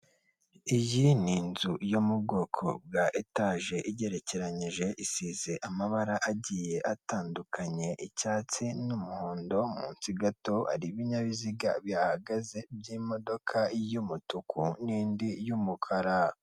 Iyi ni inzu yo mu bwoko bwa etaje igerekeranije, isize amabara agiye atandukanye, icyatsi n'umuhondo, munsi gato hari ibinyabiziga bihagaze by'imodoka y'umutuku n'indi y'umukara.